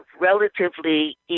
relatively